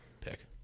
pick